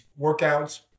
workouts